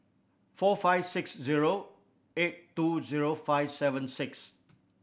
four five six zero eight two zero five seven six